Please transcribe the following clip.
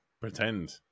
pretend